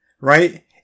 right